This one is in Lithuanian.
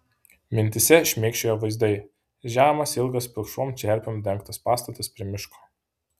mintyse šmėkščiojo vaizdai žemas ilgas pilkšvom čerpėm dengtas pastatas prie miško